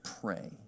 pray